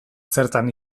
zertan